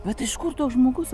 vat iš kur toks žmogus